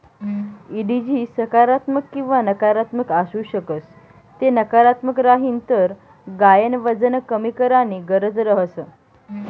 एडिजी सकारात्मक किंवा नकारात्मक आसू शकस ते नकारात्मक राहीन तर गायन वजन कमी कराणी गरज रहस